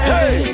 Hey